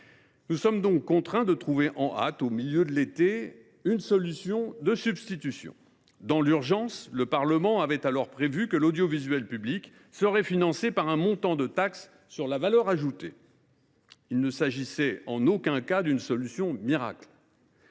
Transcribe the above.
Nous avons donc été contraints de trouver en hâte, au milieu de l’été, une solution de substitution. Dans l’urgence, le Parlement avait alors prévu que l’audiovisuel public serait financé par une part de taxe sur la valeur ajoutée. Il ne s’agissait en aucun cas d’une solution miracle